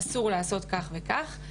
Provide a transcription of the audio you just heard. אסור לעשות כך וכך.